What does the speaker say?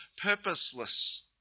purposeless